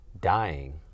dying